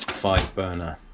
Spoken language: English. five burner